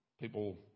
people